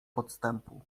podstępu